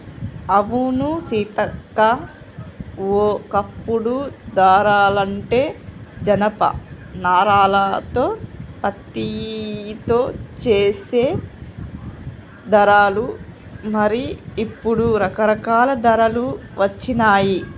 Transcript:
అవును సీతక్క ఓ కప్పుడు దారాలంటే జనప నారాలతో పత్తితో చేసే దారాలు మరి ఇప్పుడు రకరకాల దారాలు వచ్చినాయి